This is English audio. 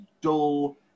dull